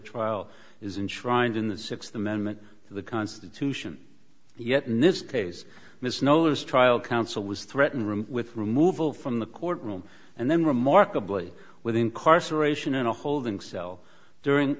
trial is enshrined in the sixth amendment of the constitution yet in this case ms no this trial counsel was threaten room with removal from the court room and then remarkably with incarceration in a holding cell during